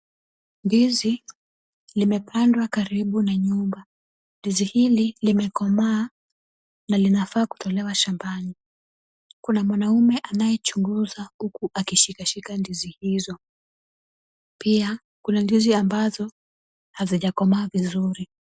Ndizi limepandwa karibu na nyumba. Ndizi hili limekomaa na linafaa kutolewa shambani. Kuna mwanamume anayechunguza huku akishikashika ndizi hizo. Pia, kuna ndizi ambazo hazijakomaa vizuri.